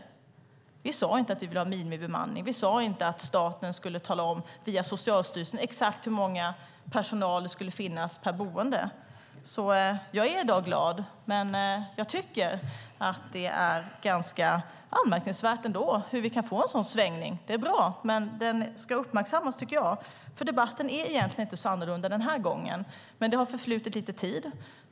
Vi sade inte att vi ville ha minimibemanning. Vi sade inte att staten via Socialstyrelsen skulle tala om exakt hur många personal det skulle finnas per boende. Jag är glad i dag. Men jag tycker ändå att det är ganska anmärkningsvärt att vi kan få en sådan svängning. Det är bra, men jag tycker att den ska uppmärksammas. Debatten är egentligen inte så annorlunda den här gången. Men det har förflutit lite tid.